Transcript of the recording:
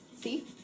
See